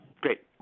Great